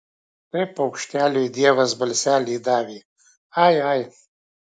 tai paukšteliui dievas balselį davė ai ai